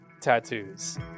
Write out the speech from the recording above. tattoos